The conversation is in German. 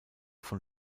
von